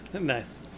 Nice